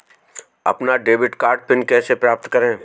अपना debit card PIN कैसे प्राप्त करें?